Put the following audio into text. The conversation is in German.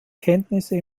kenntnisse